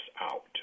out